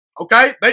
okay